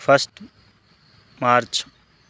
first March